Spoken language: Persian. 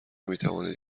میتوانید